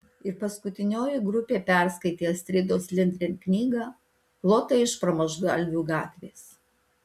ir paskutinioji grupė perskaitė astridos lindgren knygą lota iš pramuštgalvių gatvės